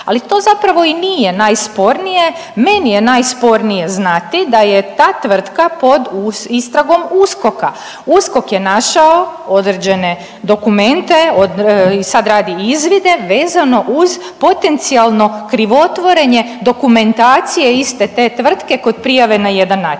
Ali to zapravo i nije najspornije, meni je najspornije znati da je ta tvrtka pod istragom USKOK-a, USKOK je našao određene dokumente i sad radi izvide vezano uz potencijalno krivotvorenje dokumentacije iste te tvrtke kod prijave na jedan natječaj,